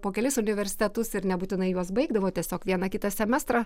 po kelis universitetus ir nebūtinai juos baigdavo tiesiog vieną kitą semestrą